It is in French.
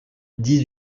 dix